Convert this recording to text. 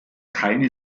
keine